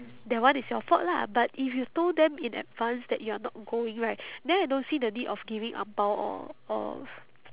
that one is your fault lah but if you told them in advance that you are not going right then I don't see the need of giving ang bao or or